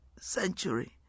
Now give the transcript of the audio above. century